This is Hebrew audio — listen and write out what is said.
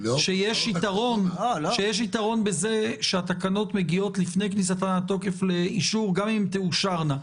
שיש יתרון בזה שהתקנות מגיעות לפני כניסתן לתוקף לאישור גם אם תאושרנה.